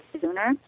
sooner